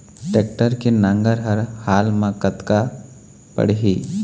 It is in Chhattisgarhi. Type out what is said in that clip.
टेक्टर के नांगर हर हाल मा कतका पड़िही?